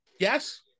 Yes